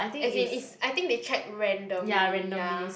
as in is I think they check randomly ya